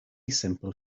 simple